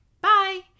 bye